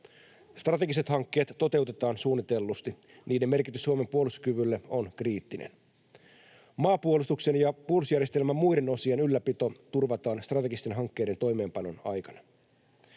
Strategiset hankkeet toteutetaan suunnitellusti. Niiden merkitys Suomen puolustuskyvylle on kriittinen. Maapuolustuksen ja puolustusjärjestelmän muiden osien ylläpito turvataan strategisten hankkeiden toimeenpanon aikana.